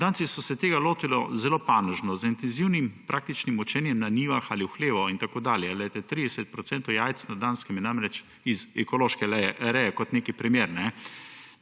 Danci so se tega lotili zelo panožno z intenzivnim praktičnim učenjem na njivah ali v hlevu in tako dalje. Glejte, 30 procentov jajc na Danskem je namreč iz ekološke reje – kot nek primer.